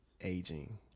aging